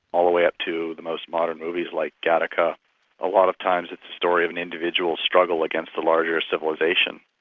all the way up to the most modern movies like gattaca a lot of times it's the story of an individual struggle against the larger civilisation,